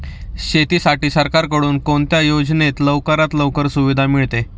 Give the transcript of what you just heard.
शेतीसाठी सरकारकडून कोणत्या योजनेत लवकरात लवकर सुविधा मिळते?